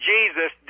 Jesus